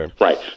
Right